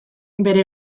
bere